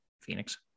Phoenix